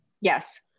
Yes